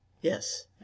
Yes